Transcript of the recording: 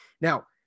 Now